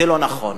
זה לא נכון.